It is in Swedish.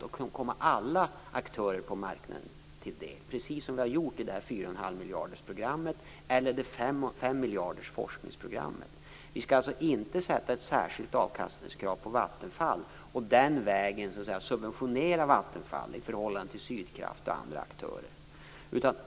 Det skall komma alla aktörer på marknaden till del: Det är precis vad vi har gjort i det här fyra och en halv miljardersprogrammet eller forskningsprogrammet på fem miljarder. Vi skall alltså inte sätta ett särskilt avkastningskrav på Vattenfall och den vägen så att säga subventionera Vattenfall i förhållande till Sydkraft och andra aktörer.